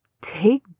take